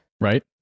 Right